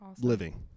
living